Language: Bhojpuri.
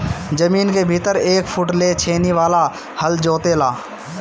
जमीन के भीतर एक फुट ले छेनी वाला हल जोते ला